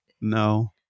No